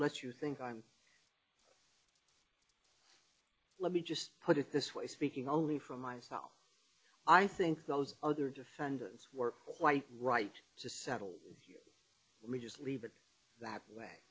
let you think i'm let me just put it this way speaking only for myself i think those other defendants were quite right to settle here let me just leave it that way